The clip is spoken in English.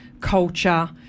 culture